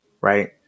right